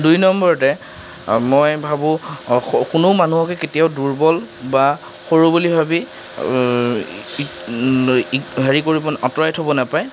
দুই নম্বৰতে মই ভাবোঁ খ কোনো মানুহকে কেতিয়াও দুৰ্বল বা সৰু বুলি ভাবি ইগ ইগ হেৰি কৰিব আঁতৰাই থ'ব নাপায়